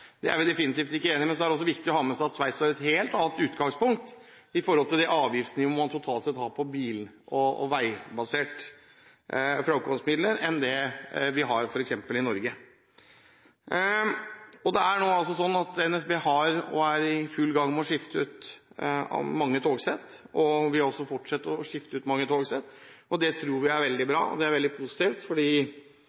Det er vi definitivt ikke enig i. Men så er det også viktig å ha med seg at Sveits har et helt annet utgangpunkt med hensyn til det avgiftsnivået man totalt sett har på bil – og veibaserte fremkomstmidler – enn det vi f.eks. har i Norge. NSB er nå i full gang med å skifte ut mange togsett, og vil fortsette å skifte ut mange togsett. Det tror vi er veldig